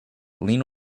lean